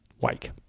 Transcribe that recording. wake